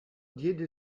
diede